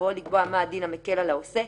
בבואו לקבוע מהו הדין המקל על העושה,